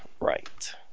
right